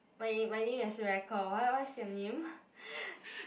my name my name is Rachel what what's your name